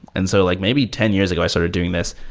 and so like maybe ten years ago i started doing this.